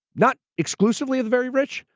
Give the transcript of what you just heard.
not exclusively the very rich,